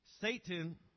Satan